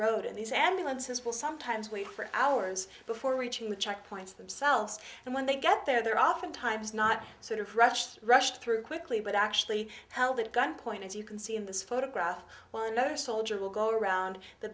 road and these ambulances will sometimes wait for hours before reaching the checkpoints themselves and when they get there they're oftentimes not sort of rushed rushed through quickly but actually held at gunpoint as you can see in this photograph while another soldier will go around the